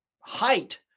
height